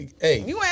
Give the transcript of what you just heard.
Hey